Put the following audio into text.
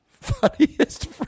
Funniest